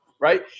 Right